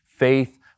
Faith